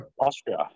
Austria